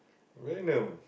venom